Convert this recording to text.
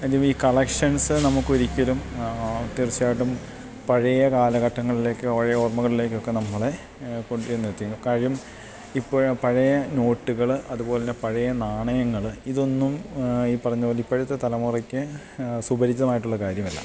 എങ്കിലീ collections നമുക്കൊരിക്കലും തീർച്ചയായിട്ടും പഴയ കാലഘട്ടങ്ങളിലേക്കും പഴയ ഓർമകളിലേക്കുമൊക്കെ നമ്മളെ കൊണ്ടുചെന്നെത്തിക്കും കാര്യം ഇപ്പോള് പഴയ നോട്ടുകള് അതുപോലെ തന്നെ പഴയ നാണയങ്ങള് ഇതൊന്നും ഈ പറഞ്ഞതുപോലെ ഇപ്പോഴത്തെ തലമുറയ്ക്ക് സുപരിചിതമായിട്ടുള്ള കാര്യമല്ല